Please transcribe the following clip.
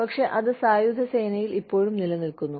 പക്ഷേ അത് സായുധ സേനയിൽ ഇപ്പോഴും നിലനിൽക്കുന്നു